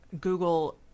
google